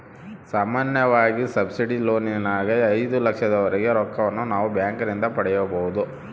ಸಾಮಾನ್ಯವಾಗಿ ಸಬ್ಸಿಡಿ ಲೋನಿನಗ ಐದು ಲಕ್ಷದವರೆಗೆ ರೊಕ್ಕವನ್ನು ನಾವು ಬ್ಯಾಂಕಿನಿಂದ ಪಡೆಯಬೊದು